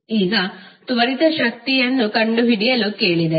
ಈಗ ತ್ವರಿತ ಶಕ್ತಿಯನ್ನು ಕಂಡುಹಿಡಿಯಲು ಕೇಳಿದರೆ